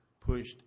pushed